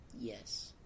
Yes